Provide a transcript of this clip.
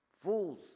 Fools